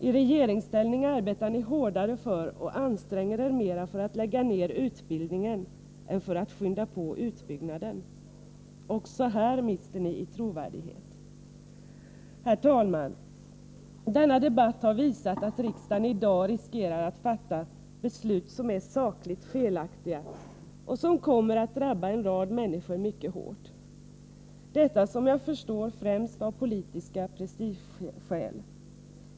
I regeringsställning arbetar ni hårdare och anstränger er mera för att lägga ned utbildningen än för att skynda på utbyggnaden. Också här mister ni i trovärdighet. Herr talman! Denna debatt har visat att riksdagen i dag riskerar att fatta beslut som är sakligt felaktiga och som kommer att drabba en rad människor mycket hårt. Detta, såvitt jag förstår, främst av politiska prestigeskäl.